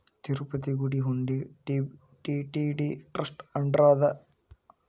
ತಿರುಪತಿ ಗುಡಿ ಹುಂಡಿ TTD trust under ಅದ